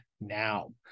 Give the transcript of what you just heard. now